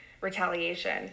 retaliation